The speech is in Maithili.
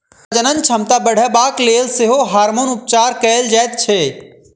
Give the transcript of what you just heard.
प्रजनन क्षमता बढ़यबाक लेल सेहो हार्मोन उपचार कयल जाइत छै